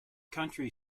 county